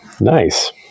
Nice